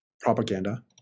propaganda